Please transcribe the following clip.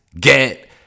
get